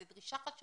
זו דרישה חשובה,